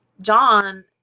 John